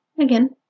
again